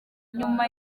nyuma